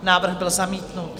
Návrh byl zamítnut.